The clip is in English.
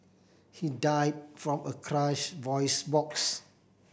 he died from a crushed voice box